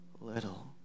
little